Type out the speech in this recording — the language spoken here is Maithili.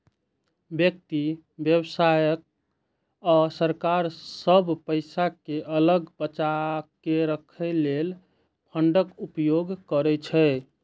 व्यक्ति, व्यवसाय आ सरकार सब पैसा कें अलग बचाके राखै लेल फंडक उपयोग करै छै